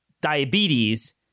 diabetes